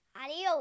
Adios